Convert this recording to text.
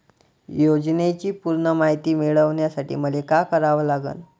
योजनेची पूर्ण मायती मिळवासाठी मले का करावं लागन?